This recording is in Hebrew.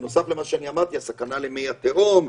בנוסף למה שאמרתי, סכנה למי התהום,